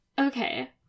Okay